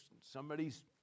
somebody's